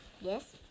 Yes